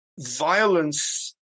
violence